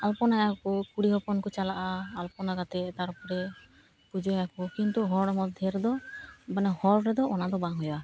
ᱟᱞᱯᱚᱱᱟᱭᱟᱠᱚ ᱠᱩᱲᱤ ᱦᱚᱯᱚᱱ ᱠᱚ ᱪᱟᱞᱟᱜᱼᱟ ᱟᱞᱯᱚᱱᱟ ᱠᱟᱛᱮ ᱛᱟᱨᱯᱚᱨᱮ ᱯᱩᱡᱟᱹᱭᱟᱠᱚ ᱠᱤᱱᱛᱩ ᱦᱚᱲ ᱢᱚᱫᱽᱫᱷᱮ ᱨᱮᱫᱚ ᱢᱟᱱᱮ ᱦᱚᱲ ᱨᱮᱫᱚ ᱚᱱᱟ ᱫᱚ ᱵᱟᱝ ᱦᱩᱭᱩᱜᱼᱟ